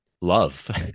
Love